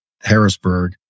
Harrisburg